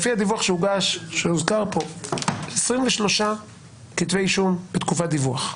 לפי הדיווח שהוזכר פה היו 23 כתבי אישום בתקופת הדיווח.